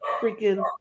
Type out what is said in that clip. freaking